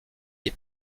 est